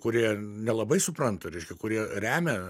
kurie nelabai supranta reiškia kurie remia